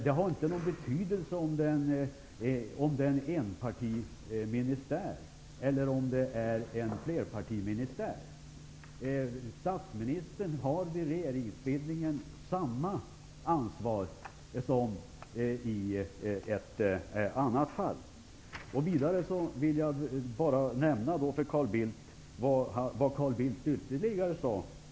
Det har inte någon betydelse om det är en enpartiministär eller om det är en flerpartiministär; statsministern har samma ansvar vid regeringsbildningen. Vidare vill jag nämna vad Carl Bildt ytterligare sade.